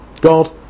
God